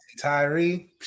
Tyree